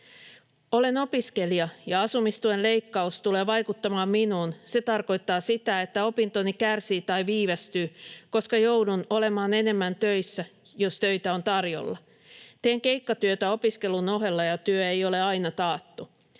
"Olen opiskelija, ja asumistuen leikkaus tulee vaikuttamaan minuun. Se tarkoittaa sitä, että opintoni kärsii tai viivästyy, koska joudun olemaan enemmän töissä, jos töitä on tarjolla. Teen keikkatyötä opiskelun ohella, ja työ ei ole aina taattu.